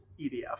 EDF